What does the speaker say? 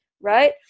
right